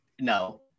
No